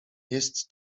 jest